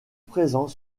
présent